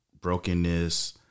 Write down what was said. brokenness